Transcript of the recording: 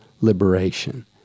liberation